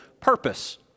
purpose